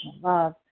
love